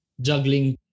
juggling